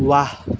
ৱাহ